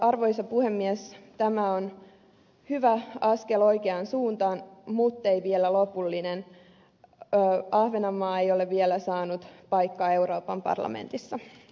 arvoisa puhemies tämä on hyvä askel oikeaan suuntaan muttei vielä lopullinen u tai ahvenanmaa ei ole vielä saanut paikka euroopan parlamentissa